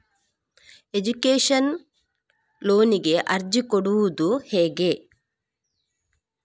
Education ಲೋನಿಗೆ ಅರ್ಜಿ ಕೊಡೂದು ಹೇಗೆ?